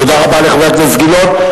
תודה רבה לחבר הכנסת גילאון.